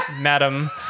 madam